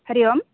हरिः ओम्